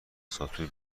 ساتور